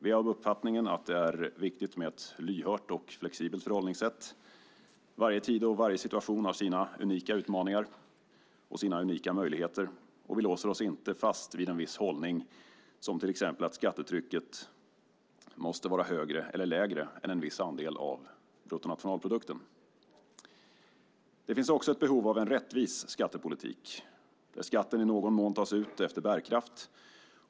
Vi är av uppfattningen att det är viktigt med ett lyhört och flexibelt förhållningssätt. Varje tid och varje situation har sina unika utmaningar och sina unika möjligheter, och vi låser oss inte vid en viss hållning, till exempel att skattetrycket måste vara högre eller lägre än en viss andel av bruttonationalprodukten. Det finns ett behov av en rättvis skattepolitik, där skatten i någon mån måste tas ut efter bärkraft.